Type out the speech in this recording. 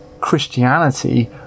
Christianity